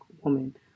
woman